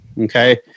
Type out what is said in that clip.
Okay